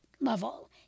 level